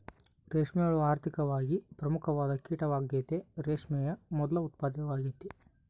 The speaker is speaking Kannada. ರೇಷ್ಮೆ ಹುಳ ಆರ್ಥಿಕವಾಗಿ ಪ್ರಮುಖವಾದ ಕೀಟವಾಗೆತೆ, ರೇಷ್ಮೆಯ ಮೊದ್ಲು ಉತ್ಪಾದಕವಾಗೆತೆ